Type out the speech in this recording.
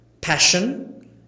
passion